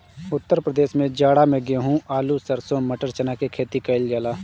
उत्तर प्रदेश में जाड़ा में गेंहू, आलू, सरसों, मटर, चना के खेती कईल जाला